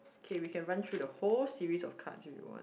okay we can run through the whole series of cards if you want